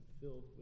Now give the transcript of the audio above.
filled